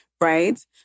Right